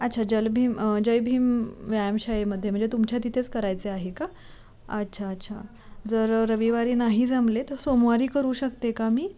अच्छा जलभीम जयभीम व्यायामशाळेमध्ये म्हणजे तुमच्या तिथेच करायचे आहे का अच्छा अच्छा जर रविवारी नाही जमले तर सोमवारी करू शकते का मी